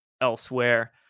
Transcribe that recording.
elsewhere